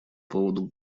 поводу